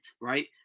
right